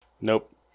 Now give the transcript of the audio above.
Nope